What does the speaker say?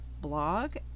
blog